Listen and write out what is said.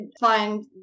find